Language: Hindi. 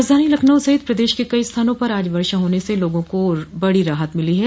राजधानी लखनऊ सहित प्रदेश के कई स्थानों पर आज वर्षा होने से लोगों को बड़ी राहत मिली है